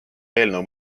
eelnõu